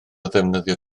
ddefnyddio